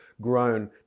grown